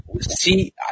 see